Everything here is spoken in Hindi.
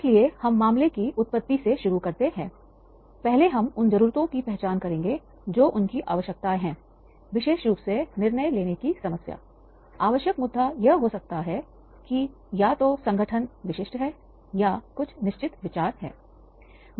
इसीलिए हम मामले की उत्पत्ति से शुरू करते हैं पहले हम उन जरूरतों की पहचान करेंगे जो उसकी आवश्यकताएं हैं विशेष रूप से निर्णय लेने की समस्या आवश्यकत मुद्दा यह हो सकता है कि या तो संगठन विशिष्ट है या कुछ निश्चित विचार है